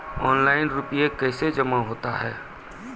Online रुपये कैसे जमा होता हैं?